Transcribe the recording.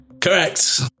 Correct